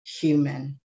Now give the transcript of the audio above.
human